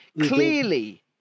Clearly